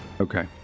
Okay